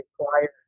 acquire